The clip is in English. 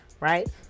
right